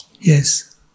Yes